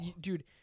Dude